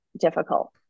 difficult